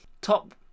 Top